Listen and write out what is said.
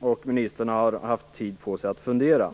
och ministern har haft tid på sig att fundera.